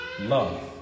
love